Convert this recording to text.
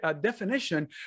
definition